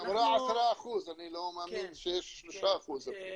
היא אמרה 10%, אני לא מאמין שיש 3% אפילו.